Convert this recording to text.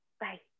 Bye